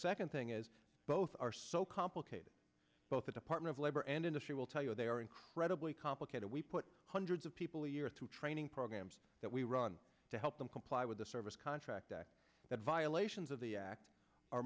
second thing is both are so complicated both the department of labor and industry will tell you they are incredibly complicated we put hundreds of people a year through training programs that we run to help them comply with the service contract act that violations of the act